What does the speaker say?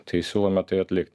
tai siūlome tai atlikt